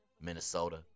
Minnesota